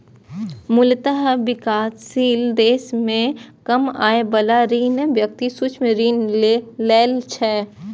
मूलतः विकासशील देश मे कम आय बला व्यक्ति सूक्ष्म ऋण लै छै